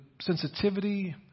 sensitivity